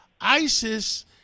ISIS